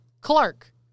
Clark